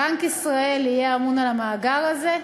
בנק ישראל יהיה אמון על המאגר הזה,